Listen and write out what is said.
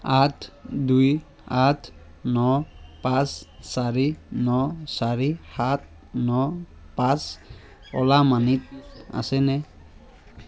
আঠ দুই আঠ ন পাঁচ চাৰি ন চাৰি সাত ন পাঁচ অ'লা মানিত আছেনে